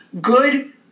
good